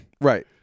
Right